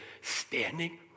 standing